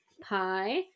pie